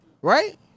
Right